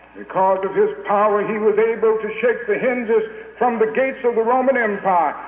because of his power, he was able to shake the hinges from the gates of the roman empire.